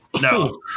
No